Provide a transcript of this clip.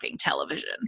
television